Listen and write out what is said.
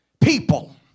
people